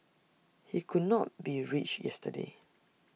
he could not be reached yesterday